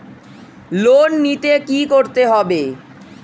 Loan নিতে কী করতে হবে?